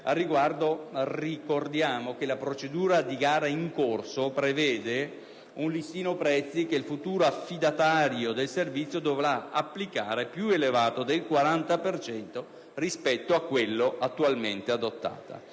si rammenta che la procedura di gara in corso prevede un listino prezzi, che il futuro affidatario del servizio dovrà applicare, più elevato del 40 per cento, rispetto a quello attualmente adottato.